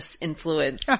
influence